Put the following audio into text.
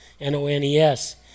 N-O-N-E-S